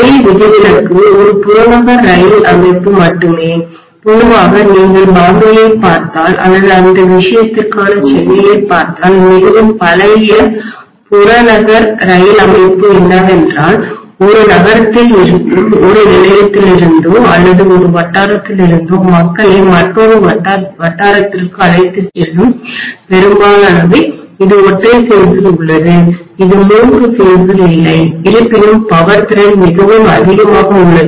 ஒரே விதிவிலக்கு ஒரு புறநகர் ரயில் அமைப்பு மட்டுமே பொதுவாக நீங்கள் பாம்பேயைப் பார்த்தால் அல்லது அந்த விஷயத்திற்காக சென்னையைப் பார்த்தால் மிகவும் பழைய புறநகர் ரயில் அமைப்பு என்னவென்றால் ஒரு நகரத்தில் இருக்கும் ஒரு நிலையத்திலிருந்தோ அல்லது ஒரு வட்டாரத்திலிருந்தோ மக்களை மற்றொரு வட்டாரத்திற்கு அழைத்துச் செல்லும் பெரும்பாலானவை இது ஒற்றை பேஸில் உள்ளது இது மூன்று பேஸில் இல்லை இருப்பினும் பவர் திறன் மிகவும் அதிகமாக உள்ளது